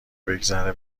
بگذره